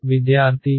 విద్యార్థి 1